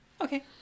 Okay